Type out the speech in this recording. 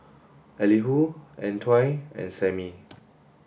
Elihu Antoine and Samie